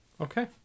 Okay